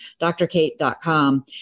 drkate.com